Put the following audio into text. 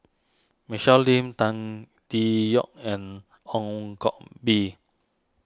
Michelle Lim Tan Tee Yoke and Hong Koh Bee